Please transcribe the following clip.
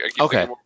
Okay